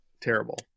terrible